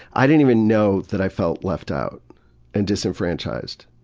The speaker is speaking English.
i didn't even know that i felt left out and disenfranchised.